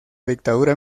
dictadura